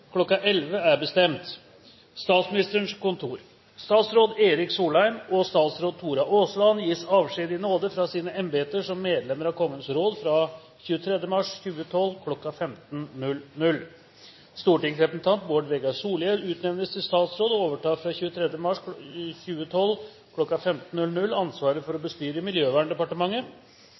er bestemt: Statsråd Erik Solheim og statsråd Tora Aasland gis avskjed i nåde fra sine embeter som medlemmer av Kongens råd fra 23. mars 2012 kl. 15.00. Stortingsrepresentant Bård Vegar Solhjell utnevnes til statsråd og overtar fra 23. mars 2012 kl. 15.00 ansvaret for å bestyre Miljøverndepartementet. Statsråd Kristin Halvorsen overtar fra 23. mars 2012 kl. 15.00 ansvaret for å bestyre